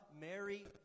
Mary